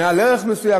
מעל ערך מסוים.